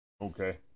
okay